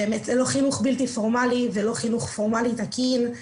ללא חינוך בלתי פורמלי וללא חינוך פורמלי תקין.